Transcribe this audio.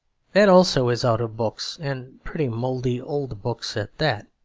that, also, is out of books, and pretty mouldy old books at that.